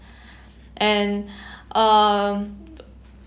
and um